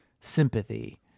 sympathy